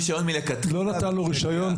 לא נתן לו רישיון מלכתחילה.